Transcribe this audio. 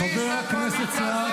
חברת הכנסת גוטליב.